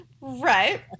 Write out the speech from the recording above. Right